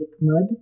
mud